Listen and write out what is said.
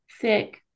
thick